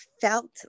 felt